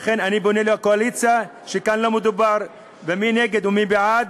ולכן אני פונה לקואליציה: כאן לא מדובר במי נגד ומי בעד,